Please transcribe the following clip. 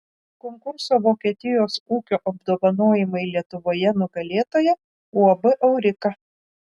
konkurso vokietijos ūkio apdovanojimai lietuvoje nugalėtoja uab aurika